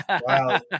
wow